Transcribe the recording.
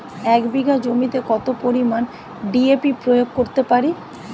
এক বিঘা জমিতে কত পরিমান ডি.এ.পি প্রয়োগ করতে পারি?